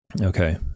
Okay